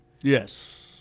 yes